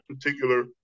particular